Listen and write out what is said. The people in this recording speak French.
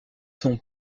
son